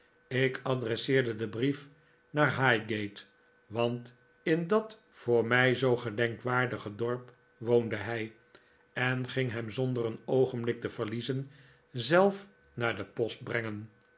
ik adresseerde den brief naar highgate want in dat voor mij zoo gedenkwaardige dorp woonde hij en ging hem zonder een oogenblik te verliezen zelf nar de post brengen